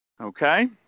Okay